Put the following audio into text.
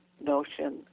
notion